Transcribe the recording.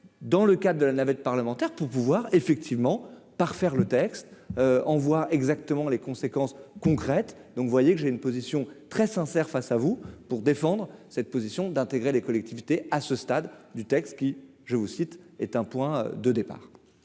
dans le cadre de la navette parlementaire pour pouvoir effectivement par faire le texte envoie exactement les conséquences concrètes, donc vous voyez que j'ai une position très sincère face à vous pour défendre cette position d'intégrer les collectivités à ce stade du texte qui, je vous cite, est un point de départ.